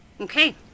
okay